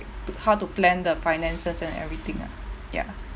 to how to plan the finances and everything ah ya